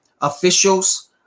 officials